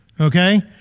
okay